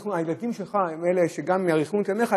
הילדים שלך הם אלה שיאריכון את ימיך,